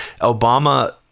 Obama